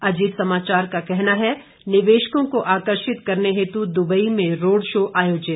अजीत समाचार का कहना है निवेशकों को आकर्षित करने हेतु दुबई में रोड शो आयोजित